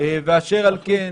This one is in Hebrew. ואשר על כן,